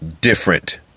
Different